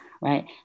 right